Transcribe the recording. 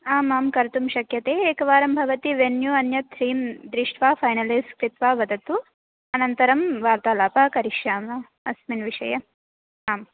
आमां कर्तुं शक्यते एकवारं भवती वेन्यू अन्यत् थीं दृष्ट्वा फ़ैनलैज़् कृत्वा वदतु अनन्तरं वार्तालापः करिष्यामः अस्मिन् विषये आम्